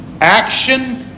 action